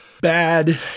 bad